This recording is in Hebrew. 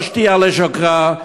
לא שתייה לשוכרה,